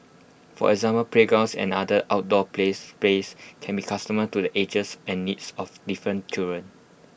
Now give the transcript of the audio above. for example playgrounds and other outdoor play spaces can be customised to the ages and needs of different children